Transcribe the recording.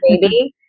baby